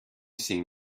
sing